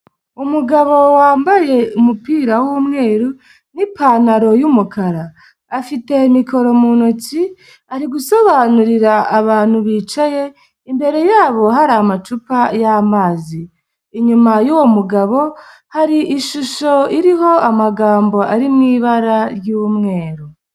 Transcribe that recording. Umugabo wambaye umupira w'umweru n'ipantaro y'umukara. Afite mikoro mu ntoki ari gusobanurira abantu bicaye, imbere yabo hari amacupa y'amazi. Inyuma y'uwo mugabo hari ishusho iriho amagambo ari mu ibara ry'umweru.